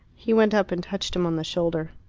he went up and touched him on the shoulder.